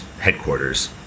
headquarters